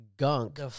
Gunk